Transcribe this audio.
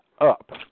up